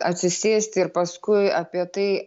atsisėsti ir paskui apie tai